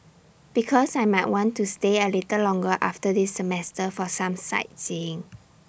because I might want to stay A little longer after this semester for some sightseeing